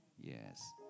Yes